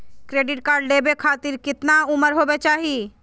Credit card लेवे खातीर कतना उम्र होवे चाही?